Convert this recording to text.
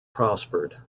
prospered